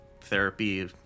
therapy